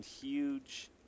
huge